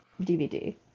DVD